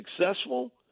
successful